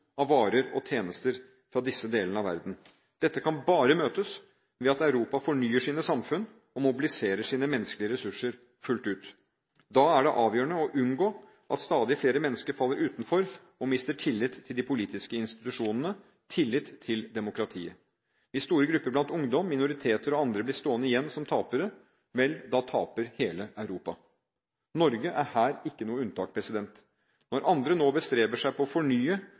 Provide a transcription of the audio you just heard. av varer og tjenester fra disse delene av verden. Dette kan bare møtes ved at Europa fornyer sine samfunn og mobiliserer sine menneskelige ressurser fullt ut. Da er det avgjørende å unngå at stadig flere mennesker faller utenfor og mister tillit til de politiske institusjonene, tillit til demokratiet. Hvis store grupper blant ungdom, minoriteter og andre blir stående igjen som tapere, taper hele Europa. Norge er her ikke noe unntak. Når andre nå bestreber seg på å fornye,